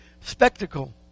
spectacle